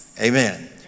Amen